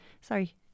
Sorry